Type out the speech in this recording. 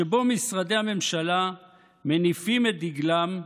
שבו משרדי הממשלה מניפים את דגלם,